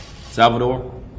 Salvador